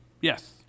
Yes